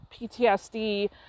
PTSD